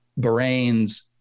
Bahrain's